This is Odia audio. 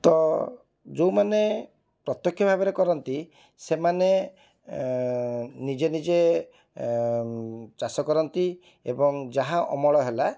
ତ ଯେଉଁମାନେ ପ୍ରତ୍ୟେକ୍ଷ ଭାବରେ କରନ୍ତି ସେମାନେ ନିଜେ ନିଜେ ଚାଷ କରନ୍ତି ଏବଂ ଯାହା ଅମଳ ହେଲା